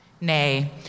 Nay